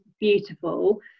beautiful